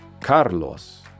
Carlos